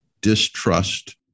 distrust